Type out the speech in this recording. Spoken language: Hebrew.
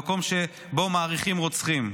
למקום שבו מעריכים רוצחים.